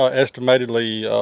ah estimatedly,